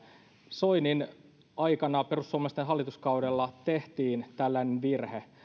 soinin aikana perussuomalaisten hallituskaudella tehtiin tällainen virhe